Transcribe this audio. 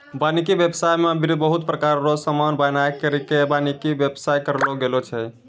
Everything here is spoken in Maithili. वानिकी व्याबसाय मे बहुत प्रकार रो समान बनाय करि के वानिकी व्याबसाय करलो गेलो छै